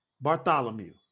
Bartholomew